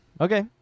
Okay